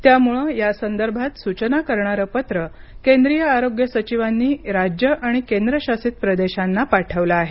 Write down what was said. त्यामुळे यासंदर्भात सूचना करणारं पत्र केंद्रीय आरोग्य सचिवांनी राज्यं आणि केंद्र शासित प्रदेशांना पाठवल आहे